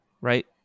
right